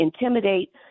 intimidate